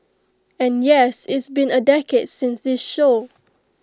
and yes it's been A decade since this show